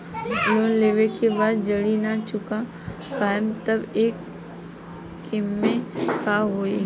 Loan लेवे के बाद जड़ी ना चुका पाएं तब के केसमे का होई?